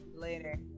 Later